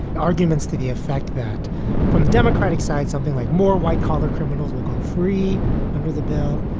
arguments to the effect that from the democratic side, something like more white collar criminals will go free under the bill.